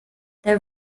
their